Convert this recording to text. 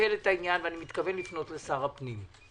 שוקל את העניין, ואני מתכוון לפנות לשר הפנים.